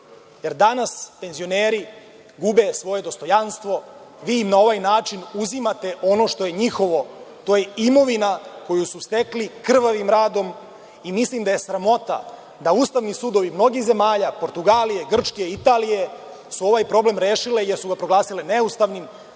jer danas penzioneri gube svoje dostojanstvo. Vi im na ovaj način uzimate ono što je njihovo, to je imovina koju su stekli krvavim radom i mislim da je sramota da ustavni sudovi mnogih zemalja, Portugalije, Grčke, Italije, su ovaj problem rešile, jer su ga proglasile neustavnim,